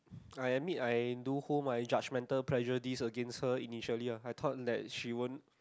I admit I do hold my judgemental pressure this against her initially ah I thought that she won't